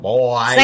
Boy